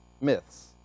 myths